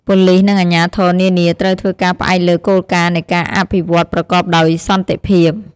ប៉ូលីសនិងអាជ្ញាធរនានាត្រូវធ្វើការផ្អែកលើគោលការណ៍នៃការអភិវឌ្ឍប្រកបដោយសន្តិភាព។